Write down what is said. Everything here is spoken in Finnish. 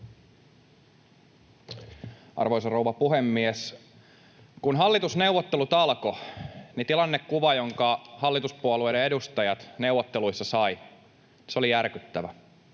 Arvoisa rouva puhemies! Kun hallitusneuvottelut alkoivat, tilannekuva, jonka hallituspuolueiden edustajat neuvotteluissa saivat, oli järkyttävä.